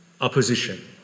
Opposition